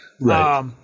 right